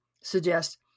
suggest